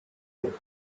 the